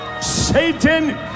Satan